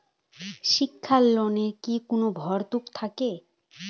শিক্ষার লোনে কি কোনো ভরতুকি থাকে?